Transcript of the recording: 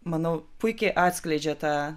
manau puikiai atskleidžia tą